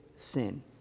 sin